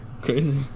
crazy